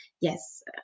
yes